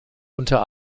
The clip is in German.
unter